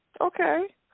Okay